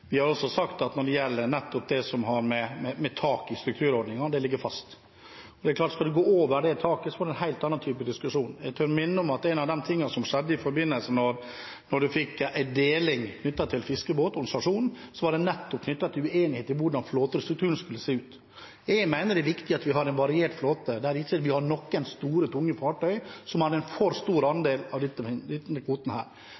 at nettopp det som har å gjøre med tak i strukturordningen, ligger fast. Skal man gå over det taket, får man en helt annen type diskusjon. Jeg tør minne om at noe av det som skjedde da man fikk en deling knyttet til fiskebåt og organisasjon, var knyttet til uenighet i hvordan flåtestrukturen skulle se ut. Jeg mener det er viktig at vi har en variert flåte der vi ikke har noen store, tunge fartøy som har en for stor